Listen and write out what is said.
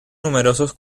numerosos